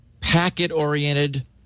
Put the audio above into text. packet-oriented